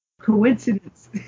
coincidence